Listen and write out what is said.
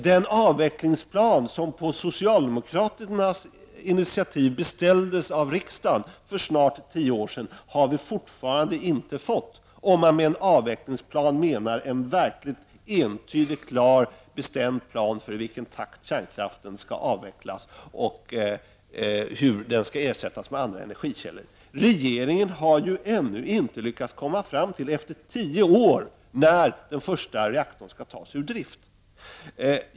Den avvecklingsplan som på socialdemokraternas initiativ beställdes av riksdagen för snart tio år sedan har riksdagen fortfarande inte fått, om man med en avvecklingsplan menar en verkligt entydig, klar och bestämd plan för i vilken takt kärnkraften skall avvecklas och hur den skall ersättas med andra energikällor. Regeringen har ju ännu inte, efter tio år, lyckats komma fram till när den första reaktorn skall tas ur drift.